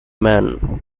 man